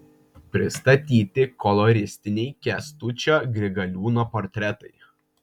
pristatyti koloristiniai kęstučio grigaliūno portretai